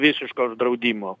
visiško uždraudimo